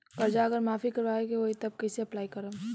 कर्जा अगर माफी करवावे के होई तब कैसे अप्लाई करम?